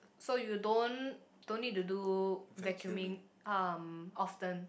so you don't don't need to do vacuuming um often